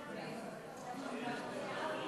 אנחנו בעד.